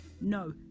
No